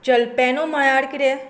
jalapeno म्हळ्यार कितें